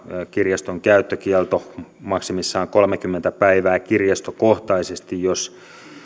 kirjaston käyttökielto on mahdollinen maksimissaan kolmekymmentä päivää kirjastokohtaisesti jos